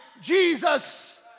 Jesus